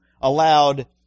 allowed